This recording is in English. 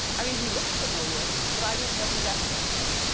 i mean, he looks familiar, but i didn't know who that was.